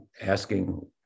asking